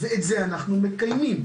ואת זה אנחנו מקיימים.